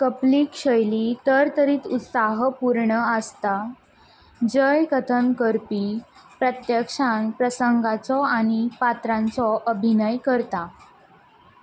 कपलीक शैली तरेंत उत्साहपूर्ण आसता जय कथन करपी प्रत्यक्षान प्रसंगाचो आनी पात्रांचो अभिनय करता